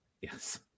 Yes